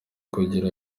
kugira